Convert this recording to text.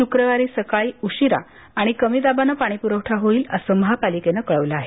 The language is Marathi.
शुक्रवारी सकाळी उशिरा आणि कमी दाबानं पाणी पुरवठा होईल असं महापालिकेनं कळवलं आहे